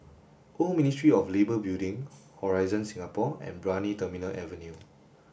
Old Ministry of Labour Building Horizon Singapore and Brani Terminal Avenue